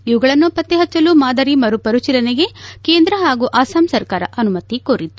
ಇವುಗಳನ್ನು ಪತ್ತೆ ಹಚ್ವಲು ಮಾದರಿ ಮರುಪರಿಶೀಲನೆಗೆ ಕೇಂದ್ರ ಹಾಗೂ ಅಸ್ಲಾಂ ಸರ್ಕಾರ ಅನುಮತಿ ಕೋರಿತ್ತು